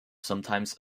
sometimes